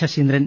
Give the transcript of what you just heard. Saseendran